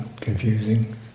confusing